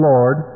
Lord